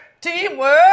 Teamwork